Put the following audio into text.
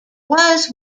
was